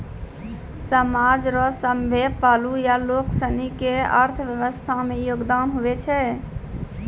समाज रो सभ्भे पहलू या लोगसनी के अर्थव्यवस्था मे योगदान हुवै छै